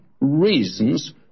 reasons